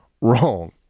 wrong